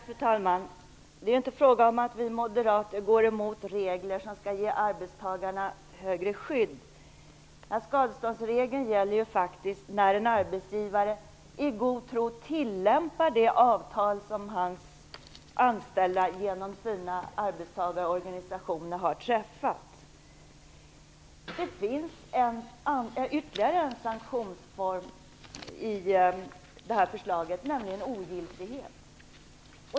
Fru talman! Det är inte frågan om att vi Moderater går emot regler som skall ge arbetstagarna ett bättre skydd. Skadeståndsregeln gäller faktiskt när en arbetsgivare i god tro tillämpar det avtal som hans anställda har träffat genom sina arbetstagarorganisationer. Det finns ytterligare en sanktionsform i förslaget, nämligen ogiltighet.